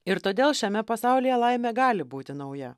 ir todėl šiame pasaulyje laimė gali būti nauja